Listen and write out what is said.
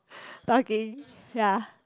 talking ya